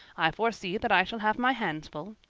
i foresee that i shall have my hands full.